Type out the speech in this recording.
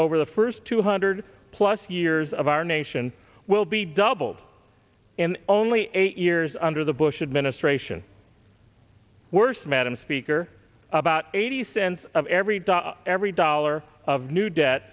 over the first two hundred plus years of our nation will be doubled in only eight years under the bush administration worse madam speaker about eighty cents of every dollar every dollar of new debt